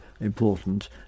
important